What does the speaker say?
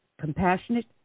compassionate